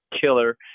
killer